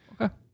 okay